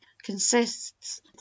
consists